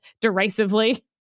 derisively